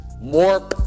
more